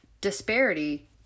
disparity